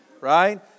right